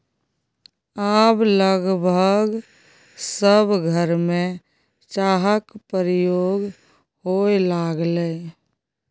आब लगभग सभ घरमे चाहक प्रयोग होए लागलै